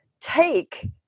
take